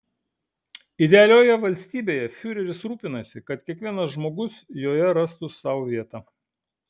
idealioje valstybėje fiureris rūpinasi kad kiekvienas žmogus joje rastų sau vietą